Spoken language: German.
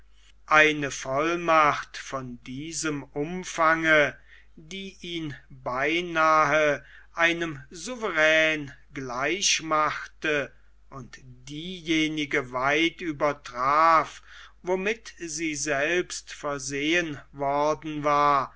eine vollmacht von diesem umfange die ihn beinahe einem souverän gleich machte und diejenige weit übertraf womit sie selbst versehen worden war